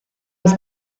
was